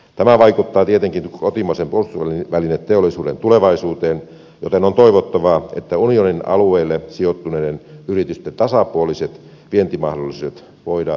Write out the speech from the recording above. tämä vaikuttaa tietenkin kotimaisen puolustusvälineteollisuuden tulevaisuuteen joten on toivottavaa että unionin alueelle sijoittuneiden yritysten tasapuoliset vientimahdollisuudet voidaan turvata